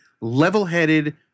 level-headed